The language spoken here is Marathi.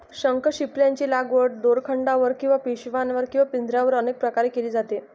शंखशिंपल्यांची लागवड दोरखंडावर किंवा पिशव्यांवर किंवा पिंजऱ्यांवर अनेक प्रकारे केली जाते